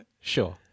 Sure